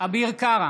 אביר קארה,